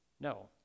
No